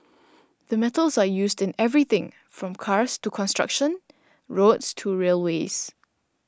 the metals are used in everything from cars to construction roads to railways